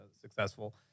successful